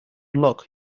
unlock